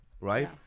right